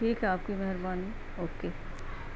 ٹھیک ہے آپ کی مہربانی اوکے